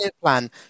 plan